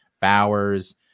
Bowers